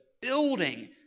building